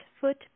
foot